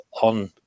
on